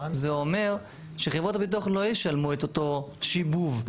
זה אומר שחברות הביטוח לא ישלמו את אותו שיבוב.